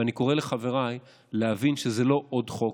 ואני קורא לחבריי להבין שזה לא עוד חוק,